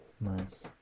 Nice